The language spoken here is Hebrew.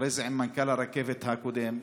ואחרי זה עם מנכ"ל הרכבת הקודם,